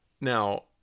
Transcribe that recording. Now